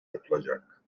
yapılacak